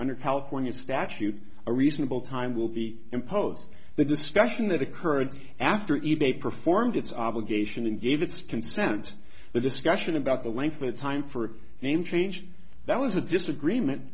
under california statute a reasonable time will be impose the discussion that occurred after e bay performed its obligation and gave its consent the discussion about the length of time for a name change that was a disagreement